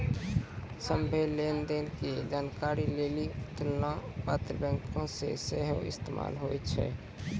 सभ्भे लेन देन के जानकारी लेली तुलना पत्र बैंको मे सेहो इस्तेमाल होय छै